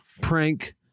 prank